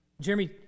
Jeremy